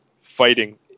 fighting